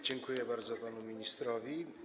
Dziękuję bardzo panu ministrowi.